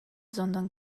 sondern